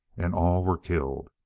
and all were killed.